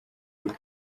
uhuru